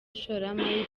ishoramari